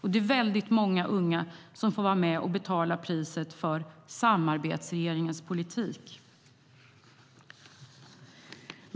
Det är många unga som får vara med och betala priset för samarbetsregeringens politik.